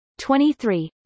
23